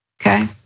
okay